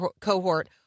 cohort